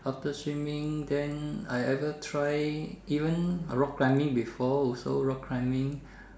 after swimming then I ever try even rock climbing before also rock climbing